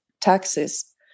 taxes